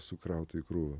sukrauta į krūvą